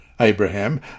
Abraham